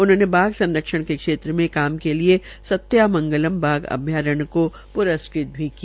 उन्होंने बाघ संरक्षण के क्षेत्र काम के लिये सत्यमंगलम बाघ अभ्यावरण को प्रस्कृत भी किया